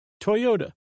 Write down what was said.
Toyota